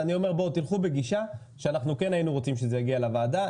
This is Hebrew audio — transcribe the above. בואו ותלכו בגישה שאנחנו כן היינו רוצים שזה יגיע לוועדה,